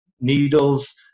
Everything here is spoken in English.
needles